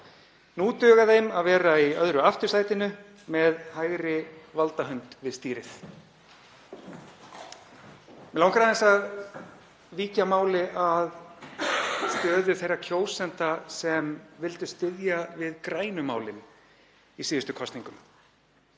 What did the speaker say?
Nú dugar þeim að sitja í öðru aftursætinu með hægri valdahunda við stýrið. Mig langar að víkja aðeins að stöðu þeirra kjósenda sem vildu styðja við grænu málin í síðustu kosningum.